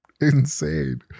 insane